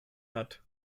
hat